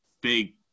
big